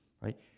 right